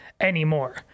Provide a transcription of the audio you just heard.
anymore